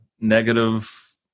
negative